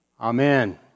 Amen